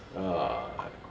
ah